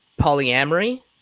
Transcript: polyamory